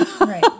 Right